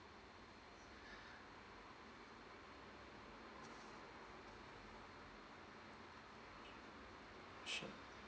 sure